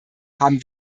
haben